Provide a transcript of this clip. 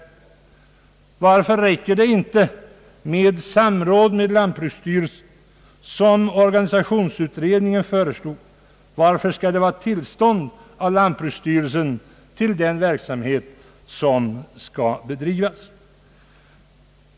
Varför räcker det inte med samråd med lantbruksstyrelsen som organisationsutredningen föreslog? Varför skall det behövas tillstånd av lant bruksstyrelsen till den verksamhet som skall bedrivas?